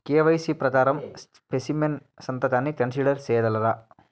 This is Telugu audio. కె.వై.సి ప్రకారం స్పెసిమెన్ సంతకాన్ని కన్సిడర్ సేయగలరా?